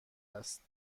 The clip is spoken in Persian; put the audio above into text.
است